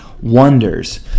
Wonders